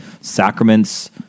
Sacraments